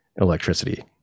electricity